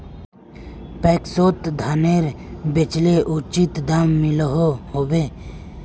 पैक्सोत धानेर बेचले उचित दाम मिलोहो होबे?